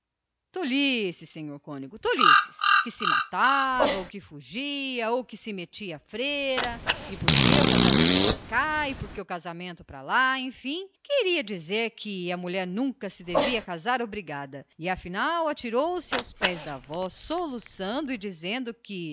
coisas tolices senhor cônego tolices de moça que se matava ou que fugia ou que se metia à freira e porque o casamento pra cá e porque o casamento pra lá enfim queria dizer na sua que uma mulher nunca devia casar obrigada afinal atirou-se aos pés da avó soluçando e dizendo que